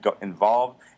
involved